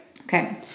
Okay